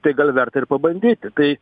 tai gal verta ir pabandyti tai